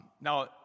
Now